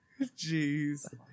jeez